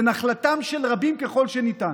לנחלתם של רבים ככל שניתן.